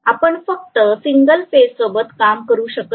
आपण फक्त सिंगल फेजसोबत काम करू शकत नाही का